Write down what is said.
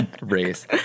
race